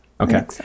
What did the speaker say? Okay